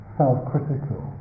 self-critical